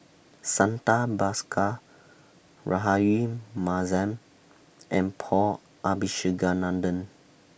Santha Bhaskar Rahayu Mahzam and Paul Abisheganaden